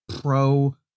pro